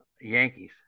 Yankees